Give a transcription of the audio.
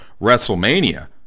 WrestleMania